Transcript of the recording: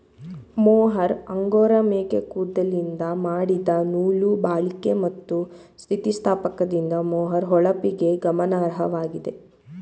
mohair angora ಮೇಕೆ ಕೂದಲಿಂದ ಮಾಡಿದ ನೂಲು ಬಾಳಿಕೆ ಮತ್ತು ಸ್ಥಿತಿಸ್ಥಾಪಕದಿಂದ ಮೊಹೇರ್ ಹೊಳಪಿಗೆ ಗಮನಾರ್ಹವಾಗಿದೆ